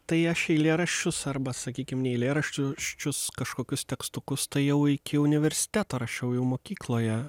tai aš eilėraščius arba sakykim ne eilėraščius kažkokius tekstukus tai jau iki universiteto rašiau jau mokykloje